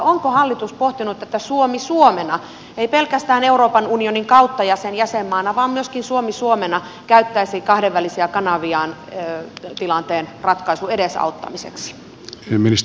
onko hallitus pohtinut että suomi suomena ei pelkästään euroopan unionin kautta ja sen jäsenmaana vaan myöskin suomi suomena käyttäisi kahdenvälisiä kanaviaan tilanteen ratkaisun edesauttamiseksi